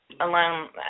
alone